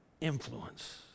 influence